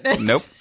Nope